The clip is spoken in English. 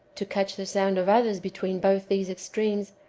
to catch the sound of others between both these extremes,